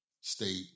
state